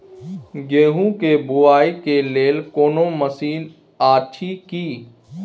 गेहूँ के बुआई के लेल कोनो मसीन अछि की?